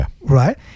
right